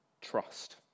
trust